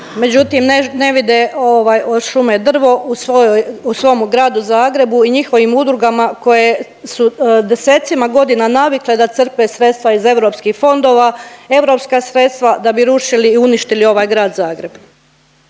šume u drvo u svojoj, u svomu Gradu Zagrebu i njihovim udrugama koje su desecima godina navikle da crpe sredstva iz europskih fondova, europska sredstva da bi rušili i uništili ovaj Grad Zagreb.